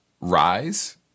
rise